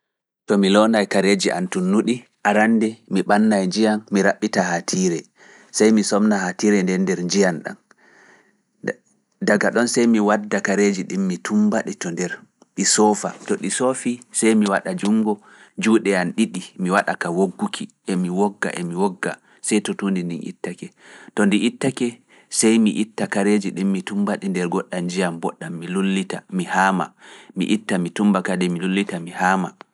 To mi fiɗta sollaare nden to, to mi fiɗɗi sollaare nden, sey mi heɓa darorki, sey mi heɓa limsa joornga. nga walaa njiyam, mi wogga, so mi fuyta mi heɓa ngan njiyam, mi wogga, mi ittida tuundi ndi.